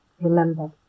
Remember